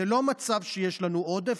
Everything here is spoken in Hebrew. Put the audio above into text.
זה לא מצב שיש לנו עודף.